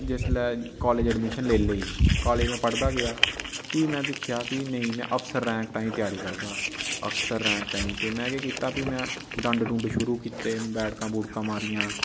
जिसलै college admission लेई लेयी कालेज में पढ़दा गेआ फ्ही में दिक्खेआ कि नेईं में अफ़सर रेंक ताईं त्यारी करगा अफ़सर रैंक ताईं ते में केह् कीता फ्ही मैं डंड ड़ुंड शुरू कीते बैठका बूठकां मारियां